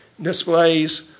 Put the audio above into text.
displays